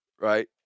right